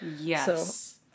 Yes